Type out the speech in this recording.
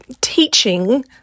teaching